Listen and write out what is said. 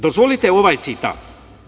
Dozvolite, ovaj citat.